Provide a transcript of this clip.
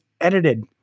edited